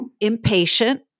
impatient